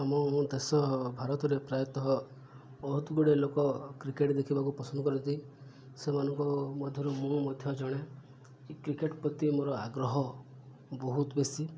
ଆମ ଦେଶ ଭାରତରେ ପ୍ରାୟତଃ ବହୁତ ଗୁଡ଼ିଏ ଲୋକ କ୍ରିକେଟ୍ ଦେଖିବାକୁ ପସନ୍ଦ କରନ୍ତି ସେମାନଙ୍କ ମଧ୍ୟରୁ ମୁଁ ମଧ୍ୟ ଜଣେ କ୍ରିକେଟ୍ ପ୍ରତି ମୋର ଆଗ୍ରହ ବହୁତ ବେଶୀ